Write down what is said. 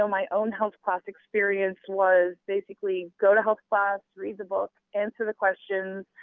so my own health class experience was basically, go to health class, read the book, answer the questions,